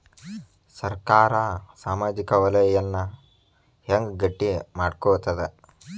ಸರ್ಕಾರಾ ಸಾಮಾಜಿಕ ವಲಯನ್ನ ಹೆಂಗ್ ಗಟ್ಟಿ ಮಾಡ್ಕೋತದ?